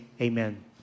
Amen